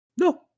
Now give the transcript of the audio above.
No